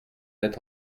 êtes